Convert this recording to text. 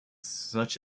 such